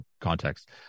context